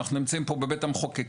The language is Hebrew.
אנחנו נמצאים פה, בבית המחוקקים,